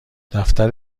دفتر